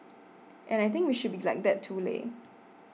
and I think we should be like that too leh